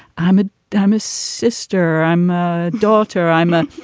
i'm a i'm a sister, i'm a daughter i'm a.